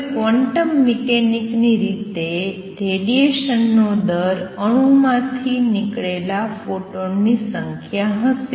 હવે quantum mechanic ની રીતે રેડીએશનનો દર અણુમાંથી નીકળેલા ફોટોનની સંખ્યા હશે